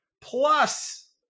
plus